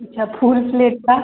अच्छा full plate का